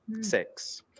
Six